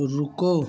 रुको